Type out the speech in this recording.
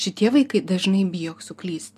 šitie vaikai dažnai bijo suklysti